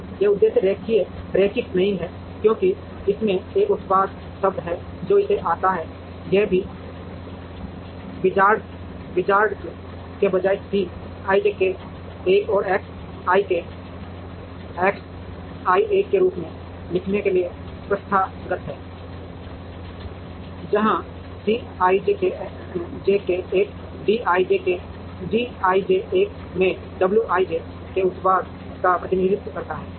तो यह उद्देश्य रैखिक नहीं है क्योंकि इसमें एक उत्पाद शब्द है जो इसे आता है यह भी विजार्डक् के बजाय C ijkl X ik X jl के रूप में लिखने के लिए प्रथागत है जहां C ijkl dij l में wij के उत्पाद का प्रतिनिधित्व करता है